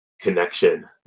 connection